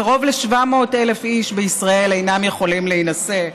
קרוב ל-700,000 איש בישראל אינם יכולים להינשא.